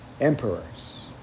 emperors